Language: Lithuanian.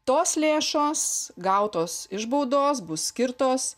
tos lėšos gautos iš baudos bus skirtos